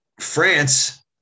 France